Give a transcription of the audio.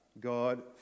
God